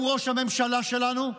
שהוא ראש הממשלה שלנו,